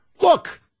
Look